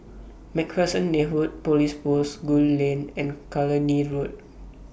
MacPherson Neighbourhood Police Post Gul Lane and Cluny Road